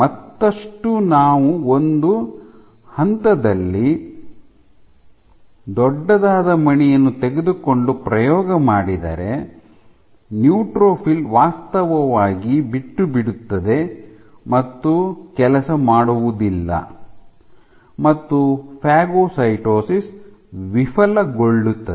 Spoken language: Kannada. ಮತ್ತಷ್ಟು ನಾವು ಒಂದು ಹಂತದಲ್ಲಿ ದೊಡ್ಡದಾದ ಮಣಿಯನ್ನು ತೆಗೆದುಕೊಂಡು ಪ್ರಯೋಗ ಮಾಡಿದರೆ ನ್ಯೂಟ್ರೋಫಿಲ್ ವಾಸ್ತವವಾಗಿ ಬಿಟ್ಟುಬಿಡುತ್ತದೆ ಮತ್ತು ಕೆಲಸ ಮಾಡುವುದಿಲ್ಲ ಮತ್ತು ಫಾಗೊಸೈಟೋಸಿಸ್ ವಿಫಲಗೊಳ್ಳುತ್ತದೆ